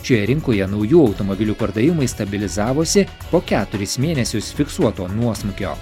šioje rinkoje naujų automobilių pardavimai stabilizavosi po keturis mėnesius fiksuoto nuosmukio